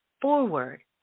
forward